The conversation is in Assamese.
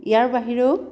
ইয়াৰ বাহিৰেও